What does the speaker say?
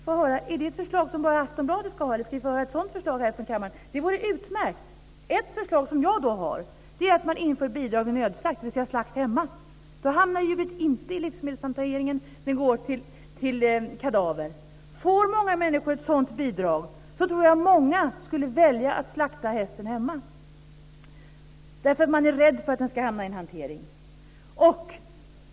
Är det ett förslag som bara Aftonbladet ska ha, eller ska vi få höra ett sådant förslag här i kammaren också? Det vore utmärkt. Ett förslag som jag har är att man inför bidrag vid nödslakt, dvs. slakt hemma. Då hamnar djuret inte i livsmedelshanteringen. Det går till kadaver. Jag tror att många skulle välja att slakta hästen hemma om människor fick ett sådant bidrag eftersom man är rädd för att den ska hamna i en felaktig hantering.